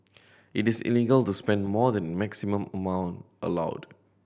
it is illegal to spend more than maximum amount allowed